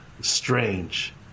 strange